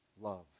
love